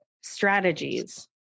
strategies